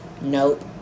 Nope